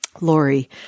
Lori